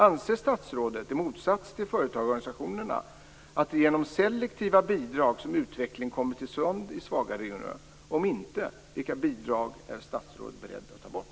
Anser statsrådet, i motsats till företagarorganisationerna, att det är genom selektiva bidrag som utveckling kommer till stånd i svaga regioner? Om inte, vilka bidrag är statsrådet beredd att ta bort?